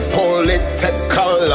political